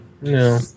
No